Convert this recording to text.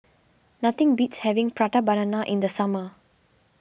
nothing beats having Prata Banana in the summer